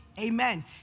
Amen